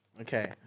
okay